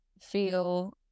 feel